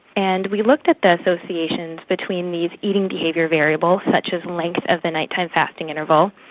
and we looked at the associations between these eating behaviour variables such as length of the night-time fasting interval,